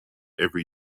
every